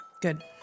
good